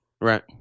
Right